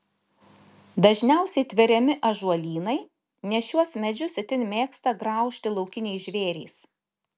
dažniausiai tveriami ąžuolynai nes šiuos medžius itin mėgsta graužti laukiniai žvėrys